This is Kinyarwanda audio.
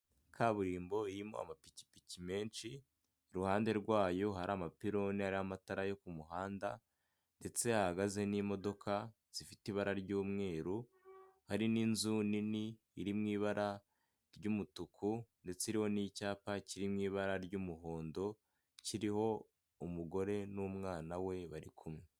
Kaburimbo irimo amapikipiki menshi, iruhande rwayo hari amapironi hariho amatara yo ku muhanda, ndetse yahagaze n'imodoka zifite ibara ry'umweru, hari n'inzu nini iri mu ibara ry'umutuku ndetse iriho n'icyapa kiri mu ibara ry'umuhondo, kiriho umugore n'umwana we bari kumwe.